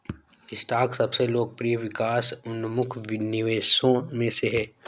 stock सबसे लोकप्रिय विकास उन्मुख निवेशों में से है